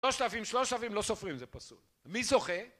שלושת אלפים שלושת אלפים לא סופרים זה בסוף מי זוכה